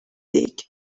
dick